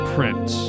Prince